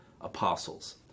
apostles